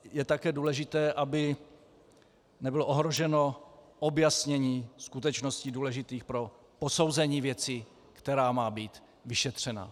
Je také důležité, aby nebylo ohroženo objasnění skutečností důležitých pro posouzení věci, která má být vyšetřena.